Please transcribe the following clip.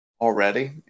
already